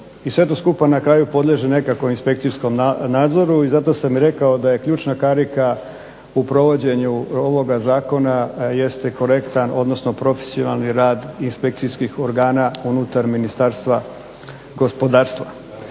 i sve to skupa na kraju podliježe nekakvom inspekcijskom nadzoru i zato sam i rekao da je ključna karika u provođenju ovoga zakona jeste korektan, odnosno profesionalni rad inspekcijskih organa unutar Ministarstva gospodarstva.